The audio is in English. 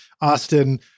Austin